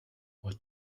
what